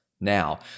now